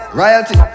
royalty